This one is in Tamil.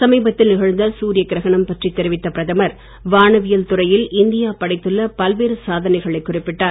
சமீபத்தில் நிகழ்ந்த சூரிய கிரகணம் பற்றி தெரிவித்த பிரதமர் வானவியல் துறையில் இந்தியா படைத்துள்ள பல்வேறு சாதனைகளை குறிப்பிட்டார்